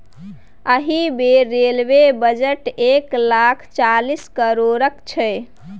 एहि बेर railway budget एक लाख चालीस करोड़क छै